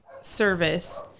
service